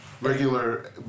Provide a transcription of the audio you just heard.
regular